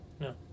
no